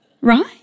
Right